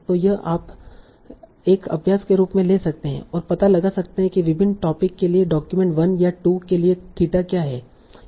तो यह आप एक अभ्यास के रूप में ले सकते हैं पता लगा सकते हैं कि विभिन्न टोपिक के लिए डॉक्यूमेंट 1 या 2 के लिए थीटा क्या है